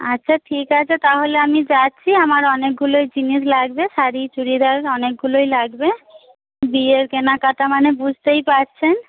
আচ্ছা ঠিক আছে তাহলে আমি যাচ্ছি আমার অনেকগুলোই জিনিস লাগবে শাড়ি চুড়িদার অনেকগুলোই লাগবে বিয়ের কেনাকাটা মানে বুঝতেই পারছেন